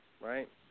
right